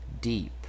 deep